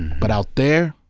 but out there?